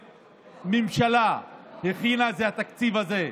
שממשלה הכינה זה התקציב הזה.